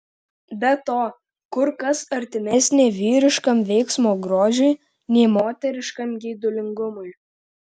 be to kur kas artimesnė vyriškam veiksmo grožiui nei moteriškam geidulingumui